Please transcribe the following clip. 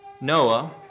Noah